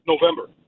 November